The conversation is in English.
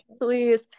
Please